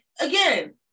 again